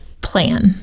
plan